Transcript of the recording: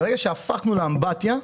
ברגע שהפכנו לאמבטיה,